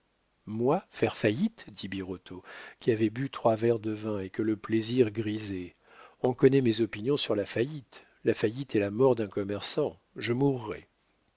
moi faire faillite dit birotteau qui avait bu trois verres de vin et que le plaisir grisait on connaît mes opinions sur la faillite la faillite est la mort d'un commerçant je mourrais